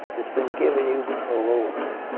it's been given you by the lord,